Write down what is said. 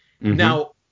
Now